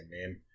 name